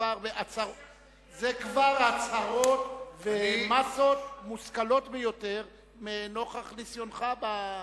זה כבר הצהרות ומסות מושכלות ביותר נוכח ניסיונך במאבק,